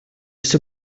все